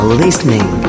listening